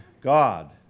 God